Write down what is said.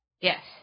Yes